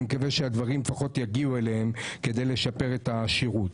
אני מקווה שהסברים לפחות יגיעו אליהם כדי לשפר את השירות.